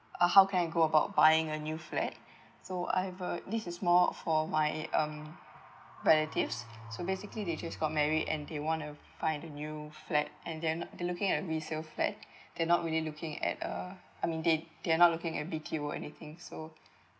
uh how can I go about buying a new flat so I have a this is more for my um relatives so basically they just got married and they want to find a new flat and then they looking at resale flat they not really looking at uh I mean they they are not looking at B_T_O or anything so